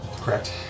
Correct